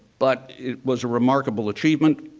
but it was a remarkable achievement.